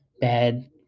Bad